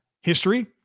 history